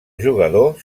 jugador